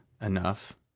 enough